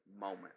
moment